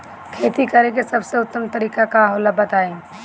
खेती करे के सबसे उत्तम तरीका का होला बताई?